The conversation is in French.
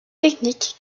technique